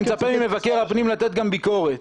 אני מצפה ממבקר הפנים לתת גם ביקורת.